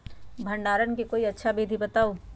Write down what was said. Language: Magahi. भंडारण के कोई अच्छा विधि बताउ?